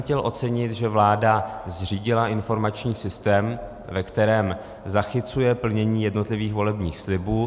Chtěl jsem ocenit, že vláda zřídila informační systém, ve kterém zachycuje plnění jednotlivých volebních slibů.